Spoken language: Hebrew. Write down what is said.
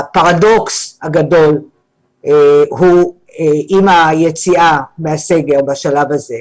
הפרדוכס הגדול הוא עם היציאה מהסגר, בשלב הזה,